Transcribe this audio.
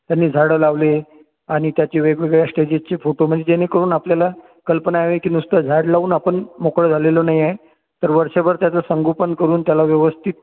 त्यांनी झाडं लावली आणि त्याची वेगवगेळ्या स्टेजेसचे फोटो म्हण जेणेकरून आपल्याला कल्पना यावी कि नुसतं झाड लावून आपण मोकळं झालेलो नाही आहे तर वर्षभर त्याच संगोपन करून त्याला व्यवस्थित